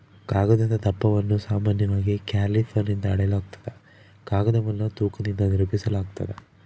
ಕಾಗದದ ದಪ್ಪವನ್ನು ಸಾಮಾನ್ಯವಾಗಿ ಕ್ಯಾಲಿಪರ್ನಿಂದ ಅಳೆಯಲಾಗ್ತದ ಕಾಗದವನ್ನು ತೂಕದಿಂದ ನಿರೂಪಿಸಾಲಾಗ್ತದ